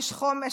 איש חומש,